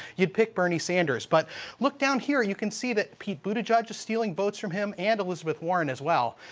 you pick bernie sanders. but look down here and you can see that pete buttigieg is stealing votes from him and elizabeth warren as well.